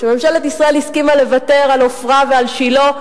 ממשלת ישראל הסכימה לוותר על עופרה ועל שילה,